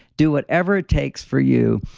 do whatever it takes for you.